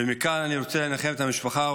ומכאן אני רוצה לנחם את המשפחה,